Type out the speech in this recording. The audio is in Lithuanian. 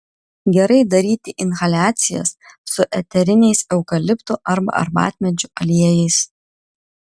gerai daryti inhaliacijas su eteriniais eukaliptų arba arbatmedžių aliejais